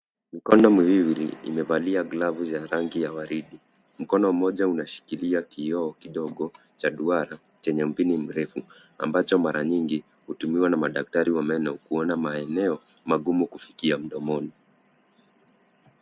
Mikono miwili imevalia glavu za rangi ya waridi. Mkono mmoja unashikilia kioo kidogo cha duara chenye mpini mrefu ambacho mara nyingi hutumiwa na madaktari wa meno kuona maeneo magumu kufikia mdomoni.